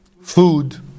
food